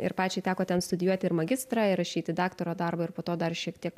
ir pačiai teko ten studijuot ir magistrą ir rašyti daktaro darbą ir po to dar šiek tiek